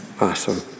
Awesome